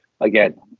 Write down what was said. again